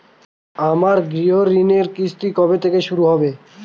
আমার গৃহঋণের কিস্তি কবে থেকে শুরু হবে?